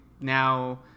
now